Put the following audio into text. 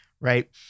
right